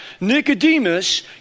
Nicodemus